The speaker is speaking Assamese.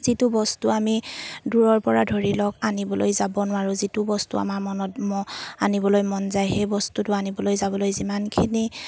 যিটো বস্তু আমি দূৰৰ পৰা ধৰি লওক আনিবলৈ যাব নোৱাৰোঁ যিটো বস্তু আমাৰ মনত ম আনিবলৈ মন যায় সেই বস্তুটো আনিবলৈ যাবলৈ যিমানখিনি